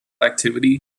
activity